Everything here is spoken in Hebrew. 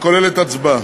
שכוללת הצבעה.